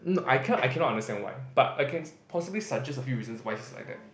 no I cannot I cannot understand why but I can possibly suggest a few reasons why he is like that